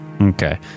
Okay